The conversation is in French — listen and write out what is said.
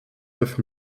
neuf